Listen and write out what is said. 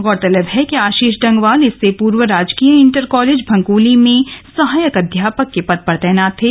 गौरतलब है कि आशीष डंगवाल इससे पूर्व राजकीय इण्टर कॉलेज भंकोली में सहायक अध्यापक के पद पर तैनात थे